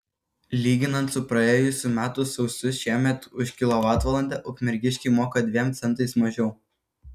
lyginant su praėjusių metų sausiu šiemet už kilovatvalandę ukmergiškiai moka dviem centais mažiau